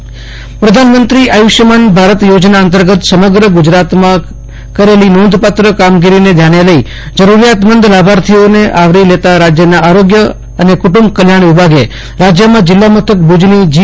general hospital પ્રધાનમંત્રી આયુષ્માન ભારત યોજના અંતર્ગત સમગ્ર ગુજરાતમાં કરેલી નોંધપાત્ર કામગીરીને ધ્યાને લઈ જરૂરીયાતમંદ લાભાર્થીઓને આવરી લેતા રાજયના આરોગ્ય અને કુંટુંબ કલ્યાણ વિભાગે રાજયમાં જિલ્લા મથક ભુજની જી